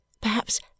Perhaps